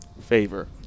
favor